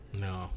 No